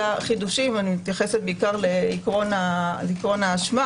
אני מתייחסת בעיקר לעיקרון האשמה